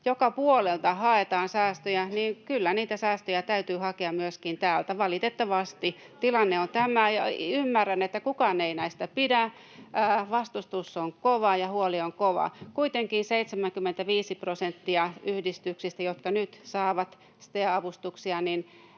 joka puolelta haetaan säästöjä, niin kyllä niitä säästöjä täytyy hakea myöskin täältä, valitettavasti. Tilanne on tämä, ja ymmärrän, että kukaan ei näistä pidä. Vastustus on kova ja huoli on kova. Kuitenkaan 75:tä prosenttia yhdistyksistä, jotka nyt saavat STEA-avustuksia,